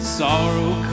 sorrow